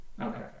Okay